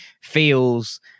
feels